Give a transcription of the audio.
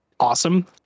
awesome